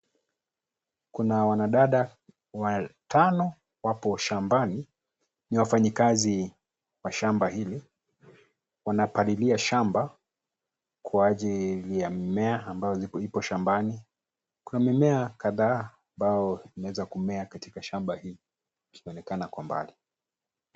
Kuna wanadada watano wapo shambani. Ni wafanyakazi wa shamba hili. Wanapalilia shamba kwa ajili ya mimea ambayo ipo shambani. Kuna mimea kadhaa ambayo imeweza kumea katika shamba hili ikionekana kwa mbali.